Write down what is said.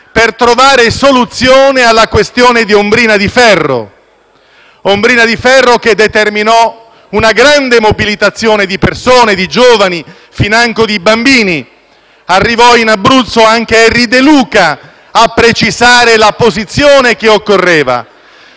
per trovare una soluzione alla questione di Ombrina di ferro, che determinò una grande mobilitazione di persone, di giovani e financo di bambini. Arrivò in Abruzzo anche Erri De Luca a precisare la posizione che occorreva.